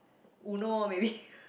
Uno lor maybe